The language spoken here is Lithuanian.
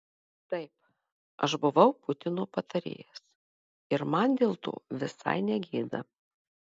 taip aš buvau putino patarėjas ir man dėl to visai ne gėda